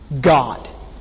God